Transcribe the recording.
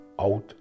out